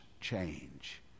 change